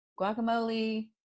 Guacamole